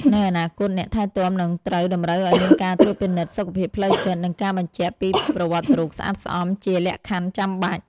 នៅអនាគត អ្នកថែទាំនឹងត្រូវតម្រូវឱ្យមានការត្រួតពិនិត្យសុខភាពផ្លូវចិត្ត និងការបញ្ជាក់ពីប្រវត្តិរូបស្អាតស្អំជាលក្ខខណ្ឌចាំបាច់។